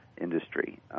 industry